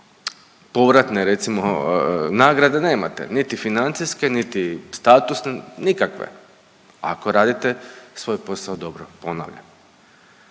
povratne recimo nagrade nemate, niti financijske, niti statusne, nikakve. Ako radite svoj posao dobro, ponavljam.